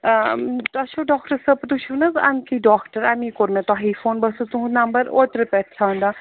آ تۄہہِ چھُو ڈاکٹر صٲب تُہۍ چھُو حظ أمکی ڈاکٹر اَمی کوٚر مےٚ تۄہہ فون بہٕ ٲسٕس تُہُنٛد نَمبَر اوترٕ پٮ۪ٹھٕ ژھانڈان